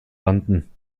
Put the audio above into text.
landen